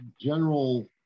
General